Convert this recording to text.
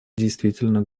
действительно